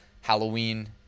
Halloween